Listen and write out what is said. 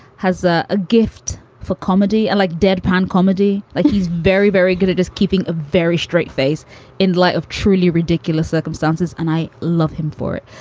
has ah a gift for comedy, and like deadpan comedy, like he's very, very good at keeping a very straight face in light of truly ridiculous circumstances. and i love him for it.